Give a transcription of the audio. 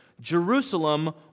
Jerusalem